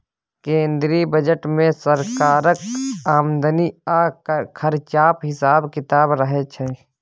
केंद्रीय बजट मे केंद्र सरकारक आमदनी आ खरचाक हिसाब किताब रहय छै